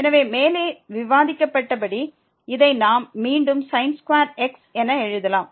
எனவே மேலே விவாதிக்கப்பட்டபடி இதை நாம் மீண்டும் x என எழுதலாம்